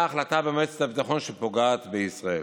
החלטה במועצת הביטחון שפוגעת בישראל.